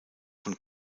von